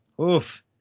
oof